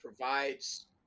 provides